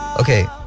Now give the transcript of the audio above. okay